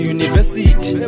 University